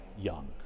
young